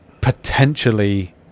potentially